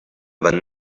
nile